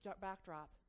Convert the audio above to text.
backdrop